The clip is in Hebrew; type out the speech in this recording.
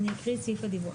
אני אקריא את סעיף הדיווח.